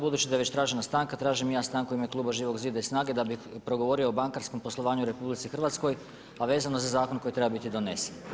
Budući da je već tražena stanka, tražim i ja stanku u ime kluba Živog zida i SNAGA-e da bi progovorio o bankarskom poslovanju u RH, a vezano za zakon koji treba biti donesen.